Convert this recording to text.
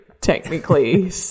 technically